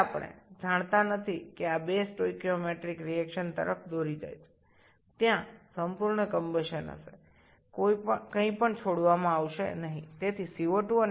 আমরা জানি না যে এই দুটি স্টিওমিওট্রিক প্রতিক্রিয়ার দিকে পরিচালিত করবে এখানে সম্পূর্ণ দহন হবে কিছুই অবশিষ্ট থাকবে না